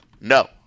no